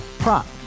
Prop